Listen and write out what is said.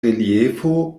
reliefo